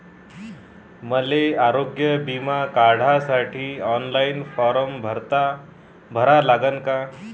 मले आरोग्य बिमा काढासाठी ऑनलाईन फारम भरा लागन का?